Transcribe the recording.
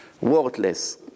Worthless